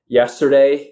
yesterday